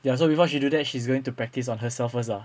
ya so before she do that she's going to practice on herself first lah